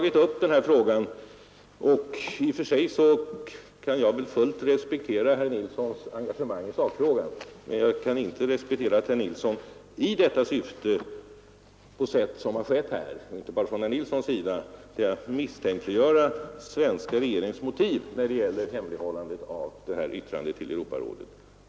I och för sig kan jag väl fullt respektera herr Nilssons engagemang i sakfrågan, men jag kan inte respektera att herr Nilsson i detta syfte på sätt som har skett — och det har inte bara skett från herr Nilssons sida — misstänkliggör svenska regeringens motiv när det gäller hemligstämplandet av yttrandet.